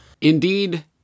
Indeed